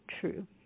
true